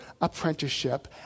apprenticeship